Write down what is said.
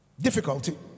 Difficulty